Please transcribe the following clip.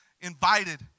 invited